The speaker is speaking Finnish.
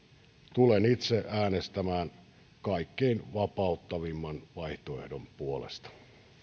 tulen itse äänestämään kaikkein vapauttavimman vaihtoehdon puolesta